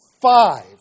five